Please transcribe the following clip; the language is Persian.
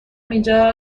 اینجا